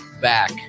back